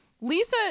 Lisa